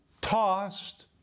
tossed